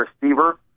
receiver